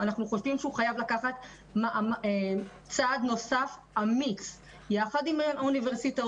אנחנו חושבים שהוא חייב לעשות צעד אמיץ יחד עם האוניברסיטאות.